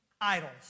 idols